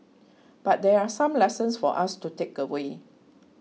but there are some lessons for us to takeaway